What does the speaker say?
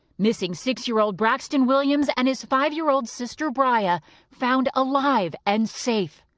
missing six year old braxton williams and his five year old sister bri'ya found alive and safe.